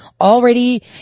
already